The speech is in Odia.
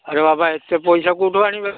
ଆରେ ବାବା ଏତେ ପଇସା କେଉଁଠୁ ଆଣିବା